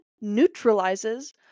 neutralizes